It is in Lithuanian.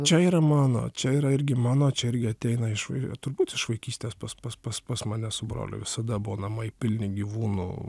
čia yra mano čia yra irgi mano čia irgi ateina iš turbūt iš vaikystės pas pas pas pas mane su broliu visada buvo namai pilni gyvūnų